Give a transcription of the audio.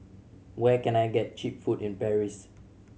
where can I get cheap food in Paris